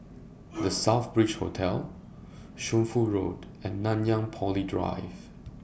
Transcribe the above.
The Southbridge Hotel Shunfu Road and Nanyang Poly Drive